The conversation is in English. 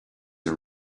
are